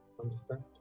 understand